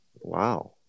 Wow